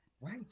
Right